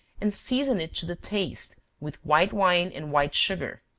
and season it to the taste with white wine and white sugar.